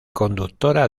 conductora